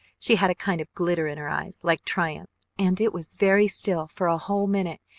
she had a kind of glitter in her eyes, like triumph and it was very still for a whole minute,